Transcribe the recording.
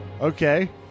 okay